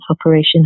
operation